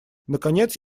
наконец